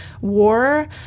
war